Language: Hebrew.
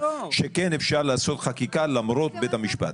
שכן אפשר לעשות חקיקה למרות בית המשפט.